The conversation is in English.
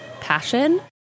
passion